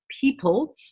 people